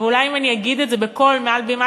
אבל אולי אם אני אגיד את זה בקול מעל בימת